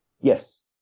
Yes